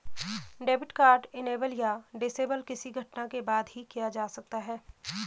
debit card enable या disable किसी घटना के बाद ही किया जा सकता है